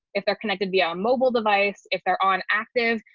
if they're connected via a mobile device, if they're on active,